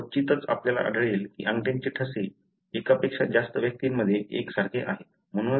फार क्वचितच आपल्याला आढळेल की अंगठ्याचे ठसे एकापेक्षा जास्त व्यक्तींमध्ये एकसारखे आहेत